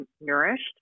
nourished